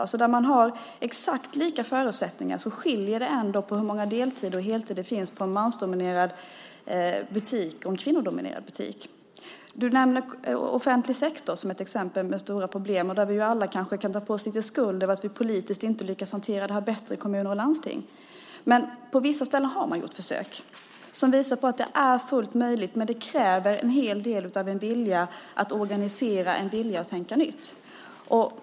Trots att man har exakt likadana förutsättningar skiljer det ändå på hur många heltider och deltider det finns i en mans respektive kvinnodominerad butik. Offentlig sektor nämndes som exempel på stora problem. Kanske kan vi alla ta på oss en del av skulden för att vi politiskt i kommuner och landsting inte lyckats hantera frågan bättre. Det har gjorts försök på vissa ställen, och de har visat att det är fullt möjligt. Men det kräver en hel del vilja att organisera och tänka nytt.